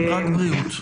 רק בריאות.